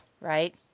right